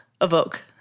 evoke